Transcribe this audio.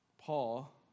Paul